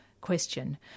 question